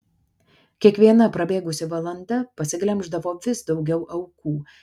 kiekviena prabėgusi valanda pasiglemždavo vis daugiau aukų